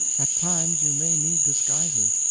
at times you may need disguises.